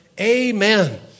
Amen